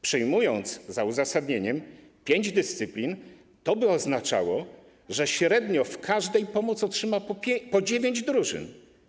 Przyjmując, za uzasadnieniem, pięć dyscyplin, to by oznaczało, że średnio w każdej pomoc otrzyma po dziewięć drużyn.